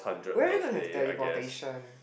where you gone have that deportation